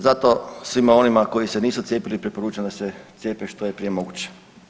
Zato svima onima koji se nisu cijepili preporučam da se cijepe što je prije moguće.